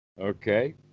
okay